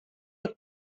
und